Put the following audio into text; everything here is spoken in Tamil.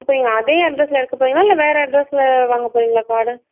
அப்போ நீங்கள் அதே அட்ரெஸில் இருக்க போகறிங்களா இல்லை வேறு அட்ரெஸில் வாங்க போகறிங்களா கார்டு